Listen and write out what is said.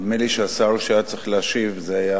נדמה לי שהשר שהיה צריך להשיב זה,